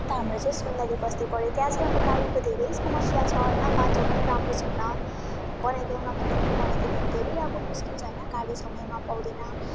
ता हाम्रो चाहिँ सुन्दरी बस्ती पऱ्यो त्यहाँ चाहिँ अब गाडीको धेरै समस्या छ होइन बाटो पनि राम्रो छैन बनाइदेऊ न भन्दा पनि बनाई दिँदैन धेरै अब मुस्किल छ होइन गाडी गाडी समयमा पाउँदैन